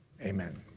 Amen